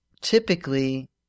Typically